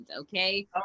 okay